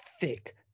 thick